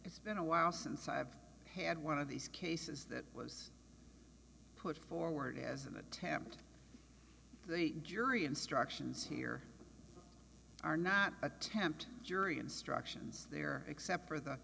it's been a while since i've had one of these cases that was put forward as an attempt at a jury instructions here are not attempt jury instructions there except for the